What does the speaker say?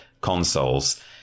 consoles